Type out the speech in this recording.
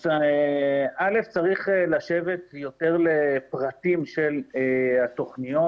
ראשית, צריך לשבת יותר ולרדת לפרטים של התוכניות.